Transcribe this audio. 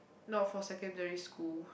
not for secondary school